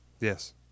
Yes